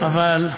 אבל,